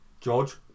George